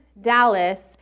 Dallas